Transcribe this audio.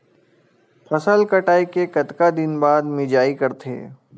फसल कटाई के कतका दिन बाद मिजाई करथे?